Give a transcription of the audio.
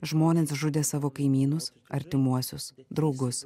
žmonės žudė savo kaimynus artimuosius draugus